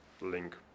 link